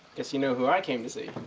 guess you know who i came to see.